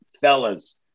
fellas